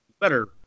better